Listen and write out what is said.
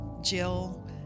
Jill